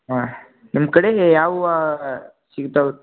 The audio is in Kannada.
ಹಾಂ ನಿಮ್ಮ ಕಡೆ ಯಾವೂವಾ ಸಿಗ್ತವೆ